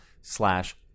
slash